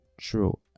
true